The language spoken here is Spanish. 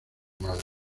madre